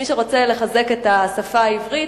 מי שרוצה לחזק את השפה העברית,